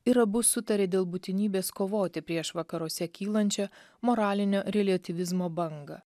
ir abu sutarė dėl būtinybės kovoti prieš vakaruose kylančią moralinio reliatyvizmo bangą